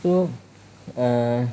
so err